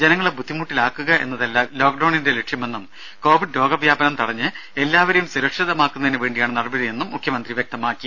ജനങ്ങളെ ബുദ്ധിമുട്ടിലാക്കുക എന്നതല്ല ലോക്ഡൌണിന്റെ ലക്ഷ്യമെന്നും കോവിഡ് രോഗവ്യാപനം തടഞ്ഞ് എല്ലാവരെയും സുരക്ഷിതരാക്കുന്നതിനാണ് നടപടിയെന്നും മുഖ്യമന്ത്രി വ്യക്തമാക്കി